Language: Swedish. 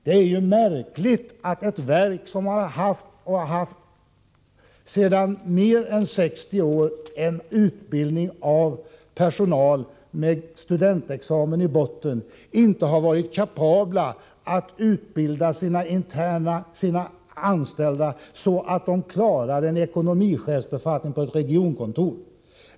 Det är ju märkligt att ett verk som sedan mer än 60 år har utbildat personal som har studentexamen i botten inte har varit kapabelt att utbilda sina anställda så att de klarar en ekonomichefsbefattning på ett regionkontor.